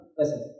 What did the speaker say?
listen